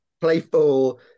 playful